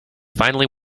finally